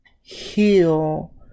heal